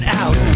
out